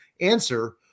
answer